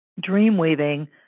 dream-weaving